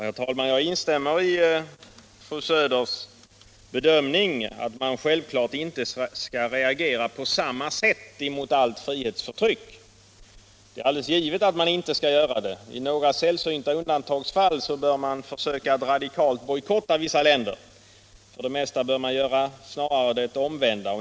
Herr talman! Jag instämmer i fru Söders bedömning att man självklart inte skall reagera på samma sätt emot allt frihetsinskränkande förtryck. I några sällsynta undantagsfall bör man försöka att radikalt bojkotta vissa länder, men för det mesta bör man snarare göra det omvända.